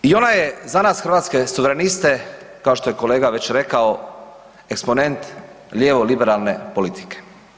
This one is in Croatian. I ona je za nas Hrvatske suvereniste kao što je kolega već rekao eksponent lijevo-liberalne politike.